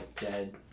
dead